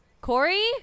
Corey